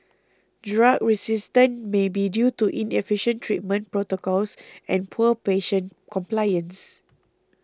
drug resistance may be due to inefficient treatment protocols and poor patient compliance